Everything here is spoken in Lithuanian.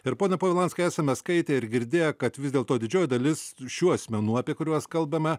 ir pone povilanskai esame skaitę ir girdėję kad vis dėlto didžioji dalis šių asmenų apie kuriuos kalbame